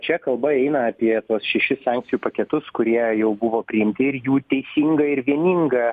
čia kalba eina apie tuos šešis sankcijų paketus kurie jau buvo priimti ir jų teisingą ir vieningą